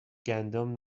گندم